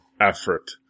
effort